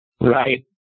Right